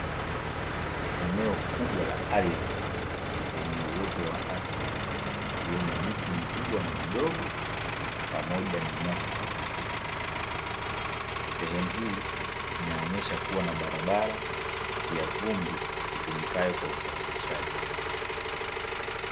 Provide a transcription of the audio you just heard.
Eneo kubwa la ardhi lenye uoto wa asili ikiwemo miti mikubwa na midogo pamoja na nyasi fupi fupi. Sehemu hii inaonyesha kuwa na barabara ya vumbi itumikayo kwa usafirishaji.